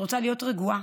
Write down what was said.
את רוצה להיות רגועה,